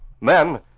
Men